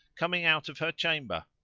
coming out of her chamber,